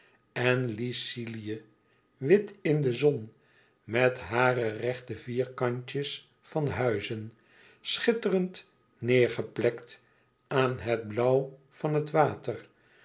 en lycilië wit in de zon met hare rechte vierkantjes van huizen schitterend neêrgeplekt aan het blauw van het water